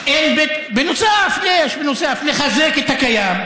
אפשר לחזק את הקיים.